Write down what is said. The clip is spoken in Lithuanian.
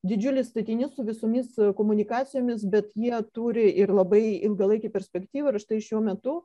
didžiulis statinys su visomis komunikacijomis bet jie turi ir labai ilgalaikę perspektyvą ir štai šiuo metu